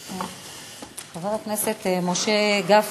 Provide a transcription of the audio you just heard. חברת הכנסת משה גפני,